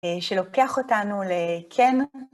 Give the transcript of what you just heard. שלוקח אותנו לכן